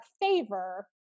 favor